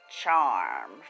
Charm